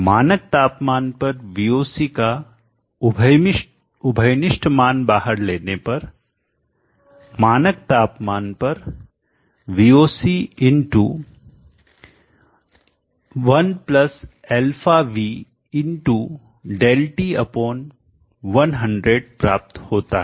मानक तापमान पर VOC का उभयनिष्ठ मान बाहर लेने पर मानक तापमान पर VOC1αv x ΔT100 प्राप्त होता है